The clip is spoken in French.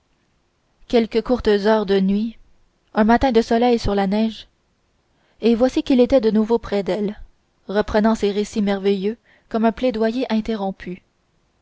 quelques courtes heures de nuit un matin de soleil sur la neige et voici qu'il était de nouveau près d'elle reprenant ses récits merveilleux comme un plaidoyer interrompu